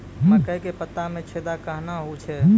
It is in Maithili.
मकई के पत्ता मे छेदा कहना हु छ?